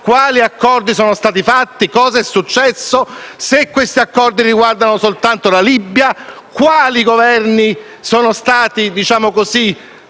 quali accordi sono stati presi, cosa è successo, se questi accordi riguardano soltanto la Libia, quali Governi sono stati tenuti